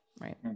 right